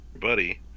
buddy